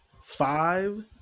five